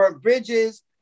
bridges